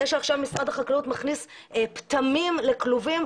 זה שעכשיו משרד החקלאות מכניס פטמים לכלובים.